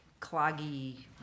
cloggy